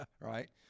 right